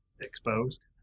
exposed